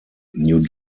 new